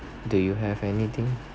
do you have anything